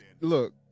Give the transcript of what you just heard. look